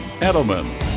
Edelman